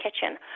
kitchen